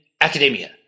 academia